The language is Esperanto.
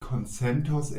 konsentos